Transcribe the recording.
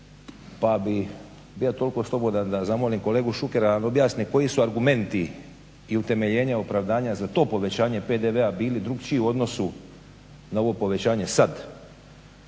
pa bi bio toliko slobodan da zamolim kolegu Šukera da mi objasni koji su argumenti i utemeljenja opravdanja za to povećanje PDV-a bili drukčiji u odnosu na ovo povećanje sad.